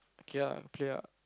K ah K ah